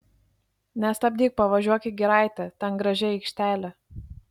nestabdyk pavažiuok į giraitę ten graži aikštelė